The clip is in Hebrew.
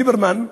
ליברמן,